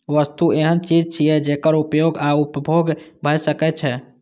वस्तु एहन चीज छियै, जेकर उपयोग या उपभोग भए सकै छै